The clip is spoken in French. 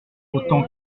autant